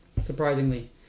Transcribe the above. surprisingly